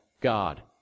God